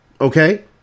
okay